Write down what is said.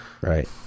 Right